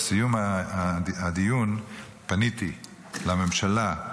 בסיום הדיון פניתי לממשלה,